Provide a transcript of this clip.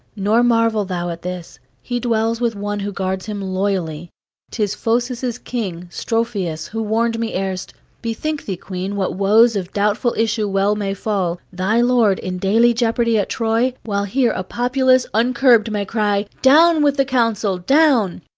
nor marvel thou at this he dwells with one who guards him loyally tis phocis king, strophius, who warned me erst, bethink thee, queen, what woes of doubtful issue well may fall! thy lord in daily jeopardy at troy, while here a populace uncurbed may cry down with the council, down!